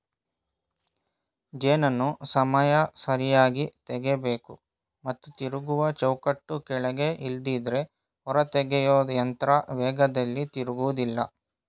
ಜೇನನ್ನು ಸಮಯ ಸರಿಯಾಗಿ ತೆಗಿಬೇಕು ಮತ್ತು ತಿರುಗುವ ಚೌಕಟ್ಟು ಕೆಳಗೆ ಇಲ್ದಿದ್ರೆ ಹೊರತೆಗೆಯೊಯಂತ್ರ ವೇಗದಲ್ಲಿ ತಿರುಗೋದಿಲ್ಲ